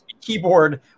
keyboard